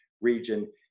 region